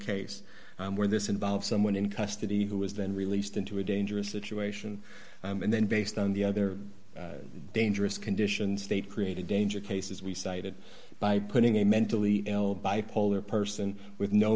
case where this involves someone in custody who was then released into a dangerous situation and then based on the other dangerous conditions they created danger cases we cited by putting a mentally ill bipolar person with no